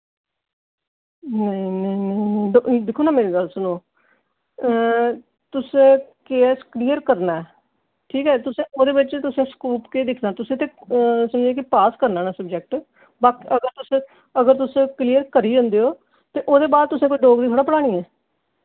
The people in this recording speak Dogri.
नेईं नेईं नेईं नेईं दिक्खो ना मेरी गल्ल सुनो तुस के ऐस्स क्लीयर करना ऐ ठीक ऐ तुसेंओह्दे बिच्च तुसें स्कोप केह् करना तुसें ते समझी लाओ पास करना ना सब्जैक्ट बाकी अगर तुस अगर तुस क्लीयर करी जंदे ओ ते ओह्दे बाद तुसें कोई डोगरी थोह्ड़े पढ़ानी ऐ